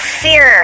fear